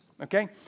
Okay